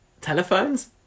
Telephones